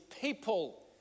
people